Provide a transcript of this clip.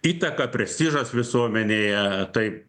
įtaka prestižas visuomenėje tai